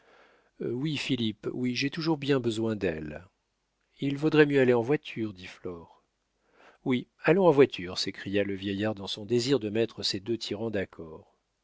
philippe oui j'ai toujours bien besoin d'elle il vaudrait mieux aller en voiture dit flore oui allons en voiture s'écria le vieillard dans son désir de mettre ses deux tyrans d'accord